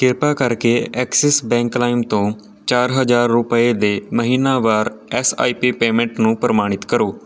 ਕਿਰਪਾ ਕਰਕੇ Axis bank ਲਾਇਮ ਤੋਂ ਚਾਰ ਹਜ਼ਾਰ ਰੁਪਏ ਦੇ ਮਹੀਨਾਵਾਰ ਐਸ ਆਈ ਪੀ ਪੇਮੈਂਟ ਨੂੰ ਪ੍ਰਮਾਣਿਤ ਕਰੋ